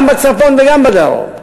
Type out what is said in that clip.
גם בצפון וגם בדרום.